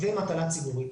ומטלה ציבורית.